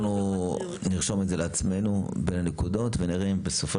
אנחנו נרשם את זה לעצמנו בנקודות ונראה אם בסופו